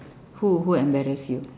who who embarrass you